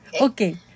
Okay